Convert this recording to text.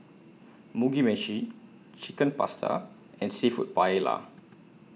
Mugi Meshi Chicken Pasta and Seafood Paella